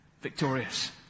victorious